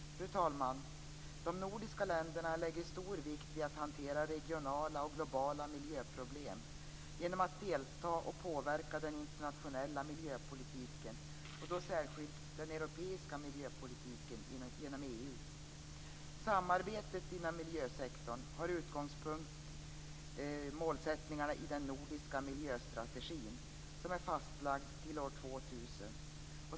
Fru talman! De nordiska länderna lägger stor vikt vid att hantera regionala och globala miljöproblem genom att delta och påverka den internationella miljöpolitiken, särskilt den europeiska miljöpolitiken, genom EU. Samarbetet inom miljösektorn har som utgångspunkt målsättningarna i den nordiska miljöstrategin som är fastlagd till år 2000.